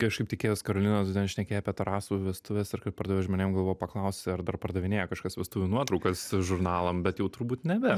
kažkaip tikėjaus karolina tu ten šnekėjai apie terasovų vestuves ir kad pardavė žmonėm galvojau paklausi ar dar pardavinėja kažkas vestuvių nuotraukas žurnalam bet jau turbūt nebe